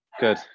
Good